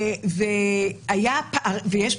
החוק במדינת ישראל מתייחס לעבירות מעין אלה כעבירות שניתן